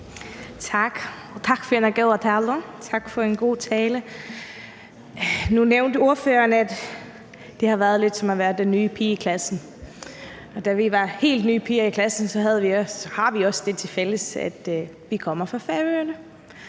Tak for en god tale. Nu nævnte ordføreren, at det har været lidt som at være den nye pige i klassen, og når vi er helt nye piger i klassen, har vi også det tilfælles, at vi kommer fra Færøerne,